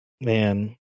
man